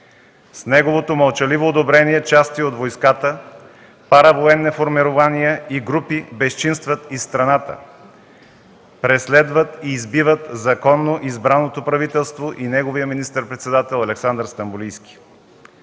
С неговото мълчаливо одобрение части от войската, паравоенни формирования и групи безчинстват из страната, преследват и избиват законно избраното правителство и неговият министър-председател Александър Стамболийски.